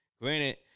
granted